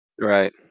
right